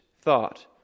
thought